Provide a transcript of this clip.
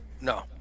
No